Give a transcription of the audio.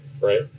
Right